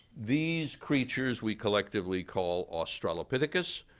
these creatures we collectively call australopithecus,